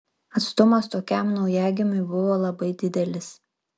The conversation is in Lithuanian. atstumas tokiam naujagimiui buvo labai didelis